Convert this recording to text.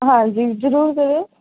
ਹਾਂਜੀ ਜ਼ਰੂਰ ਵੀਰੇ